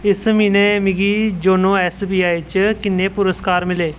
इस म्हीनै मिगी योनो ऐस्स बी आई च किन्ने पुरस्कार मिले